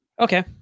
Okay